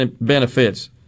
benefits